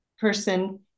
person